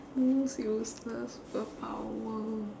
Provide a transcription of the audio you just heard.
most useless superpower